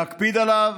להקפיד עליו